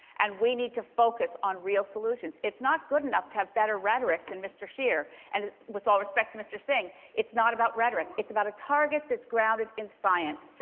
and we need to focus on real solutions. it's not good enough to have better rhetoric than mr. scheer, and with all respect to mr. singh, it's not about rhetoric. it's about a target grounded in science.